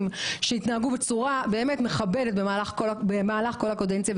שהתנהגו בצורה מכבדת במהלך כל הקדנציה.